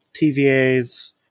TVA's